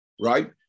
right